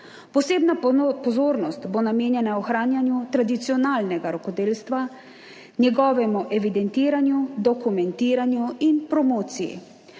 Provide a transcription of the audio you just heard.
Posebna pozornost bo namenjena ohranjanju tradicionalnega rokodelstva, njegovemu evidentiranju, dokumentiranju in promociji,